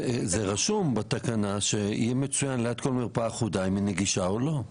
רשום בתקנה שליד כל מרפאה אחודה יהיה מצוין אם היא נגישה או לא.